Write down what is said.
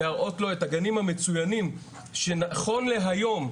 להראות לו את הגנים המצוינים שנכון להיום,